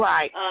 Right